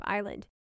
Island